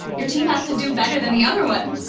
your team has to do better than the other one.